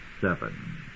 seven